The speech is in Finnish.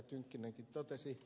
tynkkynenkin totesi